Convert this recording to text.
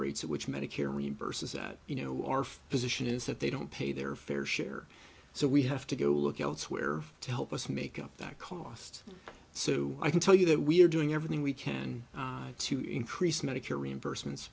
rates of which medicare reimburses that you know are physician is that they don't pay their fair share so we have to go look elsewhere to help us make up that cost so i can tell you that we're doing everything we can to increase medicare reimbursement